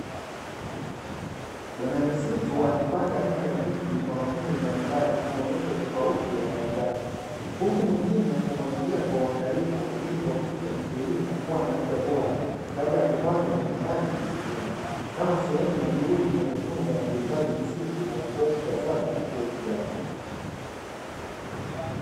Bwana misitu akipanga miche ya miti kwa makundi mbali mbali kuonesha utofauti wa aina zake. Huku mwingine akimwagilia kwa uangalifu kuhakikisha miti hii inakua na afya bora kabla ya kupandwa mashambani na msituni. Kama sehemu ya juhudi ya kutunza na kuhifadhi misitu kwa kizazi cha kisasa na kile kijacho.